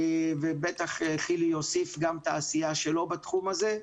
בטח חילי יוסיף גם את העשייה שלא בתחום הזה.